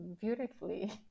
beautifully